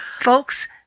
Folks